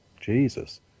jesus